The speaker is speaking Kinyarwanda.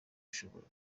ishobora